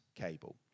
cable